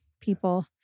people